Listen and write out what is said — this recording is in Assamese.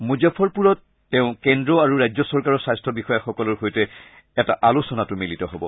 মুজাফ্ফৰপুৰত তেওঁ কেন্দ্ৰ আৰু ৰাজ্য চৰকাৰৰ স্বাস্থ্য বিষয়াসকলৰ সৈতে এক আলোচনাতো মিলিত হ'ব